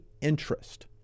interest